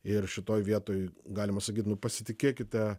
ir šitoj vietoj galima sakyt nu pasitikėkite